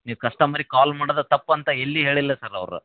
ನೀವು ಕಸ್ಟಮರಿಗೆ ಕಾಲ್ ಮಾಡೋದೆ ತಪ್ಪಂತ ಎಲ್ಲಿ ಹೇಳಿಲ್ಲ ಸರ್ ಅವ್ರು